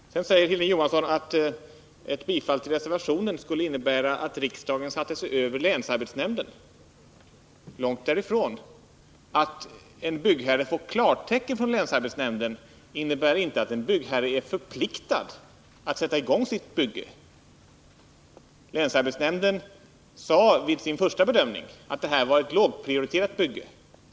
Sedan säger Hilding Johansson att ett bifall till reservationen skulle innebära att riksdagen satte sig över länsarbetsnämnden. Långt därifrån! Ett klartecken från länsarbetsnämnden innebär inte att en byggherre är förpliktad att sätta i gång sitt bygge. Länsarbetsnämnden sade vid sin första bedömning att ombyggnad av gamla riksdagshuset var ett lågprioriterat projekt.